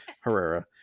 Herrera